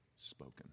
spoken